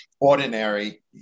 ordinary